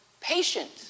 patient